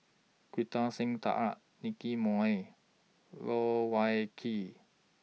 Kartar Singh Nicky Moey Loh Wai Kiew